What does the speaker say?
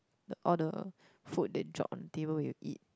like all the food that drop on the table when you eat